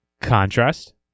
Contrast